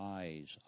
eyes